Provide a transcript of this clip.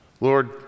Lord